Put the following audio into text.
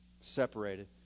separated